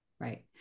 right